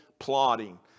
plotting